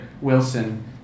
Wilson